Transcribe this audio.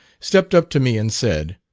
stepped up to me and said,